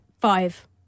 Five